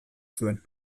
zuen